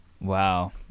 Wow